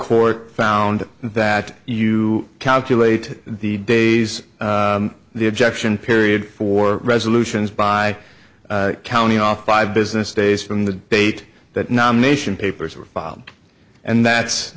court found that you calculate the days the objection period for resolutions by county off five business days from the date that nomination papers were filed and that's